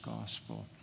gospel